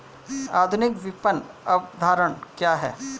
आधुनिक विपणन अवधारणा क्या है?